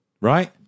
Right